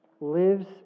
lives